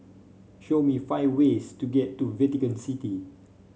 show me five ways to get to Vatican City